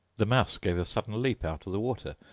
the mouse gave a sudden leap out of the water,